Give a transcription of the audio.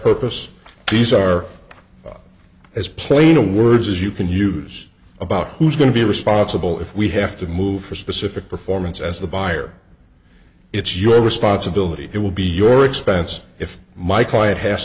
purpose these are as plain a word as you can use about who's going to be responsible if we have to move for specific performance as the buyer it's your responsibility it will be your expense if my client has